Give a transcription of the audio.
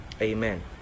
amen